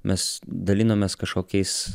mes dalinomės kažkokiais